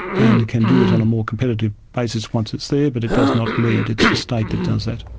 and can do it on a more competitive basis once it's there, but it does not lead, it's the state that does that.